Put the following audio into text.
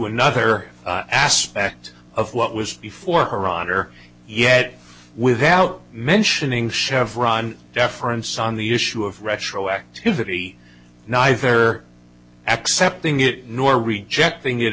another aspect of what was before her honor yet without mentioning chevron deference on the issue of retroactivity ny for accepting it nor rejecting it